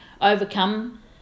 overcome